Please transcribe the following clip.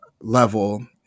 level